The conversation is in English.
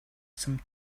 some